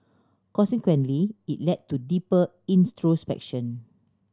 consequently it led to deeper introspection